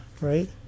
right